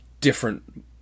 different